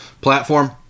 platform